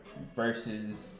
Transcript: Versus